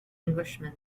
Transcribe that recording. englishman